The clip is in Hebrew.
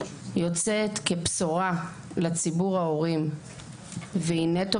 יוצאת כבשורה לציבור ההורים והיא נטו,